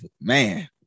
man